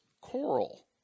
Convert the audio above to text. coral